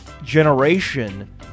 generation